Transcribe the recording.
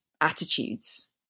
attitudes